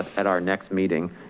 at our next meeting.